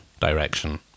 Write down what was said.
Direction